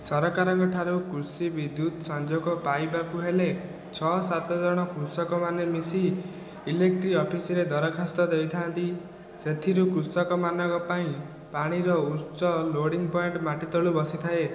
ସରକାରଙ୍କଠାରୁ କୃଷି ବିଦ୍ୟୁତ ସଂଯୋଗ ପାଇବାକୁ ହେଲେ ଛଅ ସାତ ଜଣ କୃଷକମାନେ ମିଶି ଇଲେକଟ୍ରିକ୍ ଅଫିସରେ ଦରଖାସ୍ତ ଦେଇଥାନ୍ତି ସେଥିରୁ କୃଷକମାନଙ୍କ ପାଇଁ ପାଣିର ଉତ୍ସ ଲୋଡିଙ୍ଗ ପଏଣ୍ଟ ମାଟି ତଳୁ ବସିଥାଏ